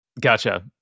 Gotcha